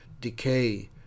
decay